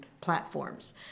platforms